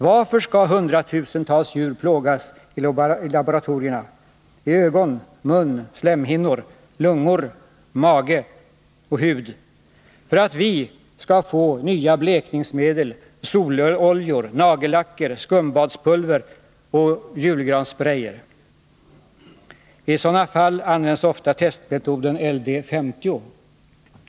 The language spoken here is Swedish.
Varför skall hundratusentals djur plågas i laboratorierna —-i ögon, mun, slemhinnor, lungor, mage och hud för att vi skall få nya blekningsmedel, sololjor, nagellacker, skumbadspulver och julgransgrejer? I sådana här fall används ofta testmetoden LD 50.